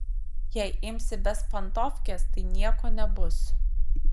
jei imsi bezpantovkes tai nieko nebus